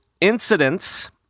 incidents